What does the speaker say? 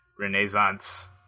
Renaissance